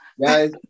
Guys